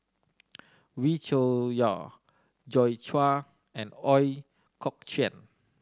Wee Cho Yaw Joi Chua and Ooi Kok Chuen